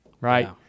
right